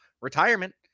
retirement